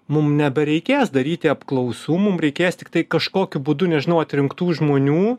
mum nebereikės daryti apklausų mum reikės tiktai kažkokiu būdu nežinau atrinktų žmonių